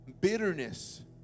Bitterness